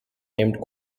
named